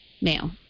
Male